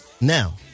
Now